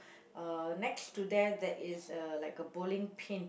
uh next to them there is a like a bowling pin